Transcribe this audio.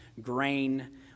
grain